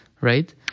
right